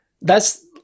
thats